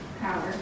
power